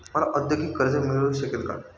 मला औद्योगिक कर्ज मिळू शकेल का?